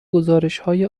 گزارشهای